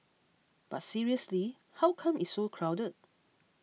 but seriously how come it's so crowded